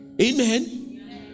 Amen